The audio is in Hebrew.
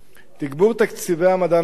תגבור תקציבי המדען הראשי,